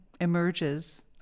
emerges